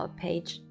page